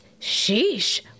sheesh